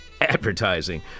advertising